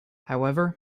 however